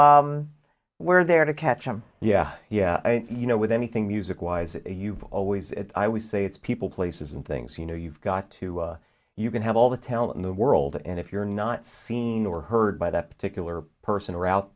we're there to catch them yeah yeah you know with anything music wise you've always i would say it's people places and things you know you've got to you can have all the talent in the world and if you're not seen or heard by that particular person or out